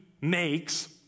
makes